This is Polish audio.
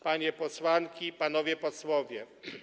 Panie Posłanki i Panowie Posłowie!